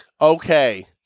Okay